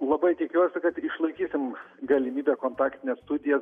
labai tikiuosi kad išlaikysim galimybę kontaktines studijas